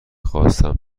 خواستم